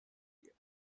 year